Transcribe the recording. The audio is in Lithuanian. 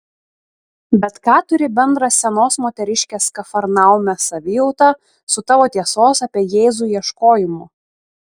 bet ką turi bendra senos moteriškės kafarnaume savijauta su tavo tiesos apie jėzų ieškojimu